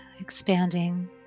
expanding